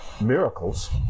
Miracles